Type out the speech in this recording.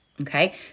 okay